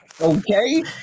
Okay